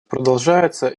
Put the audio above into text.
продолжается